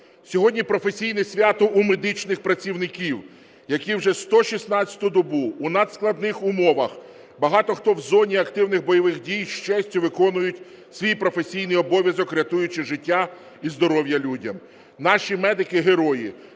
Сьогодні професійне свято у медичних працівників, які вже 116 добу у надскладних умовах, багато хто в зоні активних бойових дій, з честю виконують свій професійний обов'язок, рятуючи життя і здоров'я людям. Наші медики – герої.